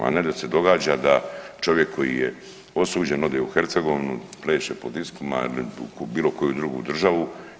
A ne da se događa da čovjek koji je osuđen ode u Hercegovinu, pleše po diskima u bilo koju drugu državu.